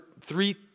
three